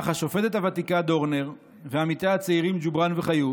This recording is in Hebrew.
אך השופטת הוותיקה דורנר ועמיתיה הצעירים ג'ובראן וחיות